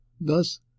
Thus